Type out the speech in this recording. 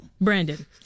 Brandon